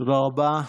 תודה רבה.